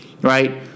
right